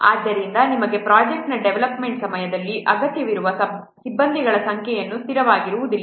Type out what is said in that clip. ಆದ್ದರಿಂದ ಯಾವುದೇ ಪ್ರೊಜೆಕ್ಟ್ನ ಡೆವಲಪ್ಮೆಂಟ್ ಸಮಯದಲ್ಲಿ ಅಗತ್ಯವಿರುವ ಸಿಬ್ಬಂದಿಗಳ ಸಂಖ್ಯೆಯು ಸ್ಥಿರವಾಗಿರುವುದಿಲ್ಲ